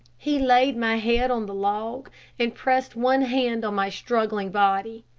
he laid my head on the log and pressed one hand on my struggling body.